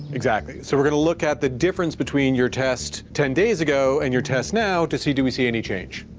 exactly, so we're gonna look at the difference between your test ten days ago and your test now to see do we see any change?